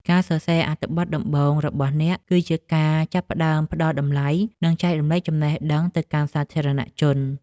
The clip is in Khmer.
ការសរសេរអត្ថបទដំបូងរបស់អ្នក គឺជាការចាប់ផ្ដើមផ្ដល់តម្លៃ និងចែករំលែកចំណេះដឹងទៅកាន់សាធារណជន។